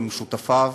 עם שותפיו